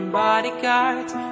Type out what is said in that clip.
bodyguards